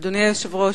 אדוני היושב-ראש,